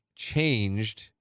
changed